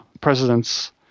president's